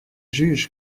jugent